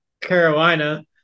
Carolina